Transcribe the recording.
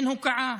אין הוקעה.